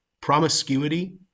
promiscuity